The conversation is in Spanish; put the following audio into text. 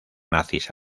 nazis